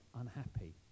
unhappy